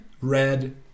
Red